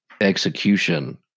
execution